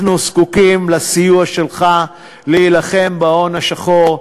אנחנו זקוקים לסיוע שלך להילחם בהון השחור.